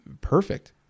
perfect